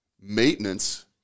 maintenance